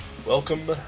Welcome